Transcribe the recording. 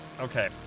Okay